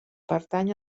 pertany